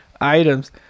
items